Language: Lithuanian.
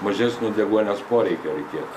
mažesnio deguonies poreikio reikėtų